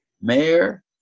Mayor